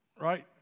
Right